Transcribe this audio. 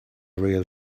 real